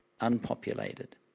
unpopulated